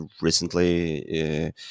recently